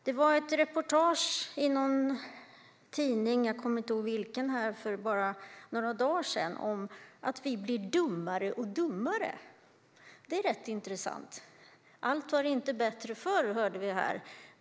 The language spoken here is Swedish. Det var ett reportage i någon tidning - jag kommer inte ihåg vilken - för bara några dagar sedan om att vi blir dummare och dummare. Det är rätt intressant. Allt var inte bättre förr, hörde vi här tidigare.